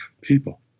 people